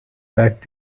back